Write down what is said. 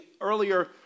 earlier